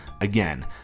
Again